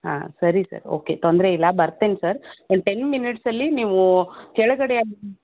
ಹಾಂ ಸರಿ sir okay ತೊಂದರೆ ಇಲ್ಲ ಬರ್ತೀನಿ ಸರ್ ಒಂದು ಟೆನ್ ಮಿನಿಟ್ಸಲ್ಲಿ ನೀವು ಕೆಳಗಡೆ